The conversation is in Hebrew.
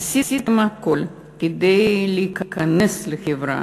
עשיתם הכול כדי להיכנס לחברה,